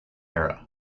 era